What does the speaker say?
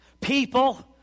People